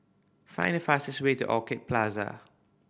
find the fastest way to Orchid Plaza